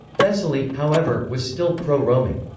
thessaly, however, was still pro-roman.